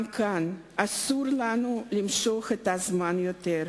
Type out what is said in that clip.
גם כאן אסור לנו למשוך את הזמן עוד.